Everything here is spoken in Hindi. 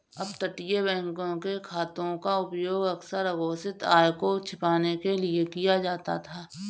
अपतटीय बैंकों के खातों का उपयोग अक्सर अघोषित आय को छिपाने के लिए किया जाता था